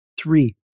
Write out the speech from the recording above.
three